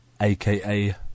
aka